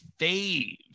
faves